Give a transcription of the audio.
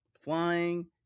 flying